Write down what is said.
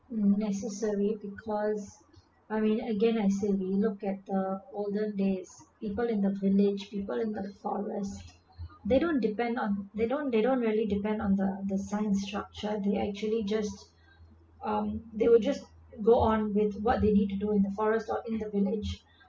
necessary because I mean again I said we look at the olden days people in the village people in the forest they don't depend on they don't they don't really depend on the the science structured they actually just um they will just go on with what they need to do in the forest or in the village